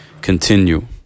continue